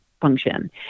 function